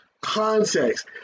Context